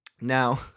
Now